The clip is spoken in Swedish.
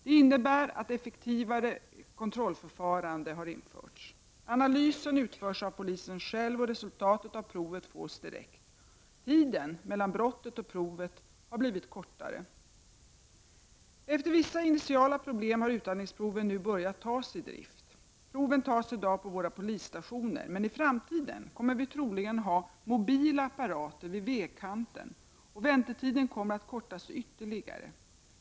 Det innebär ett effektivare kontrollförfarande. Analysen utförs av polisen själv, och resultatet av provet fås direkt. Tiden mellan brottet och provet har blivit kortare. Efter vissa initiala problem har utandningsproven nu börjat tas i drift. Proven tas i dag på våra polisstationer. I framtiden kommer vi troligen att ha mobila apparater vid vägkanten, och väntetiderna kommer att kortas ytterligare.